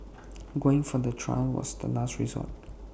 going for the trial was the last resort